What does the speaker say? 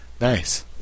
Nice